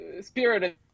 Spirit